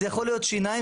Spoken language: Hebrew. זה יכול להיות שיניים.